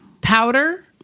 Powder